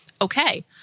okay